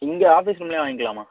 இங்கே ஆஃபிஸ் ரூம்லேயே வாங்கிக்கலாம்மா